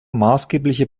maßgebliche